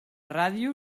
ràdio